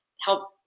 help